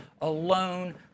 alone